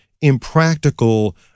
impractical